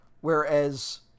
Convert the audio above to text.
Whereas